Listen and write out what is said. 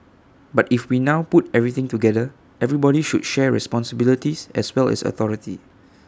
but if we now put everything together everybody should share responsibilities as well as authority